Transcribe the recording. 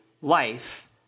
life